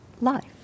life